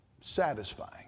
satisfying